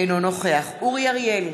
אינו נוכח אורי אריאל,